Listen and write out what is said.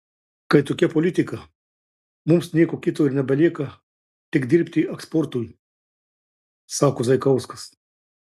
kai tokia politika mums nieko kito ir nebelieka tik dirbti eksportui sako zaikauskas